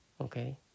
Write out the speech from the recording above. Okay